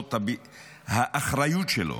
חסרות האחריות שלו